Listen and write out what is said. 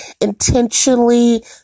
intentionally